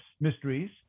mysteries